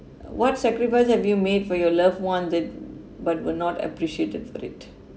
what sacrifice have you made for your loved one that but but not appreciated for it